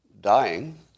dying